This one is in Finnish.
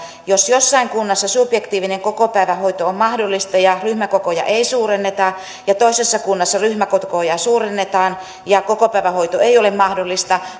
jos jossain kunnassa subjektiivinen kokopäivähoito on mahdollista ja ryhmäkokoja ei suurenneta ja toisessa kunnassa ryhmäkokoja suurennetaan ja kokopäivähoito ei ole mahdollista